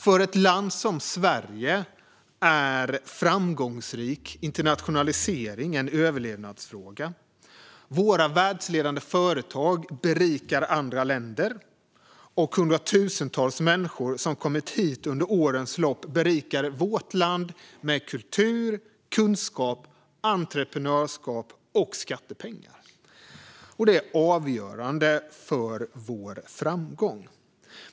För ett land som Sverige är framgångsrik internationalisering en överlevnadsfråga. Våra världsledande företag berikar andra länder, och hundratusentals människor som har kommit hit under årens lopp berikar vårt land med kultur, kunskap, entreprenörskap och skattepengar. Det är avgörande för vår framgång.